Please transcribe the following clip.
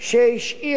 בעם ישראל,